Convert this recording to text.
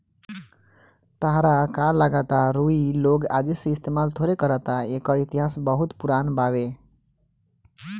ताहरा का लागता रुई लोग आजे से इस्तमाल थोड़े करता एकर इतिहास बहुते पुरान बावे